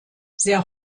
sehr